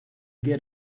get